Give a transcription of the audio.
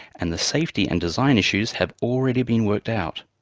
and the safety and design issues have already been worked out.